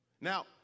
Now